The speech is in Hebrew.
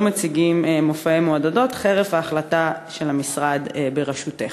מציגים מופעי מעודדות חרף ההחלטה של המשרד בראשותך.